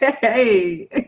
Hey